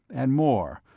and more,